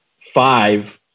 five